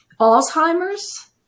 alzheimer's